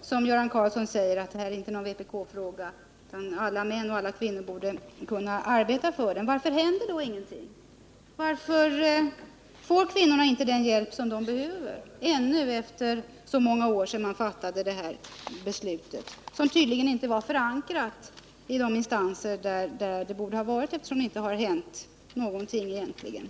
och som Göran Karlsson säger, detta är inte någon speciell vpk-fråga utan alla — både kvinnor och män — borde kunna arbeta för den, varför händer då ingenting? Varför får inte kvinnorna den hjälp som de behöver fastän det gått så många år sedan riksdagen fattade det här beslutet? Beslutet var tydligen inte riktigt förankrat i de instanser där det borde ha varit det, eftersom det egentligen inte har hänt någonting.